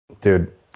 Dude